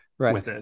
Right